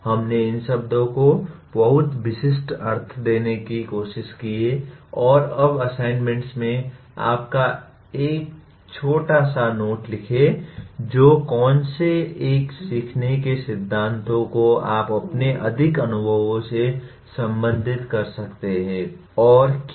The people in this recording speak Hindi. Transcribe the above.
हमने इन शब्दों को बहुत विशिष्ट अर्थ देने की कोशिश की और अब असाइनमेंट्स में आप एक छोटा सा नोट लिखे जो कौनसे एक सीखने के सिद्धांतों को आप अपने अधिक अनुभवों से संबंधित कर सकते हैं और क्यों